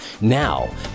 Now